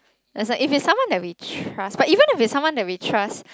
like if it's someone that we trust but even if it's someone that we trust